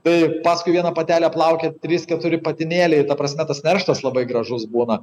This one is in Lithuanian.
tai paskui vieną patelę plaukia trys keturi patinėliai ta prasme tas nerštas labai gražus būna